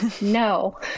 no